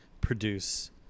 produce